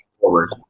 forward